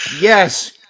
yes